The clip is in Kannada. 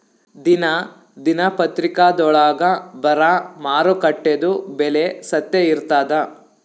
ದಿನಾ ದಿನಪತ್ರಿಕಾದೊಳಾಗ ಬರಾ ಮಾರುಕಟ್ಟೆದು ಬೆಲೆ ಸತ್ಯ ಇರ್ತಾದಾ?